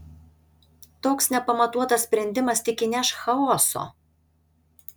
toks nepamatuotas sprendimas tik įneš chaoso